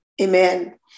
amen